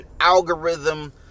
algorithm